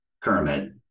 Kermit